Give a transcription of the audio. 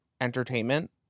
entertainment